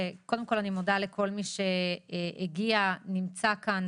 קודם כל אני מודה לכל מי שהגיע ונמצא כאן